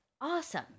awesome